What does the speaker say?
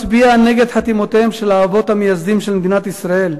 מצביע נגד חתימותיהם של האבות המייסדים של מדינת ישראל,